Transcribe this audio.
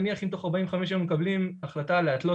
נניח אם תוך 45 ימים הם מקבלים החלטה להתלות